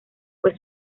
fue